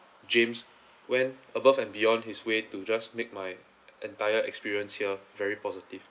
james went above and beyond his way to just make my entire experience here very positive